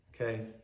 okay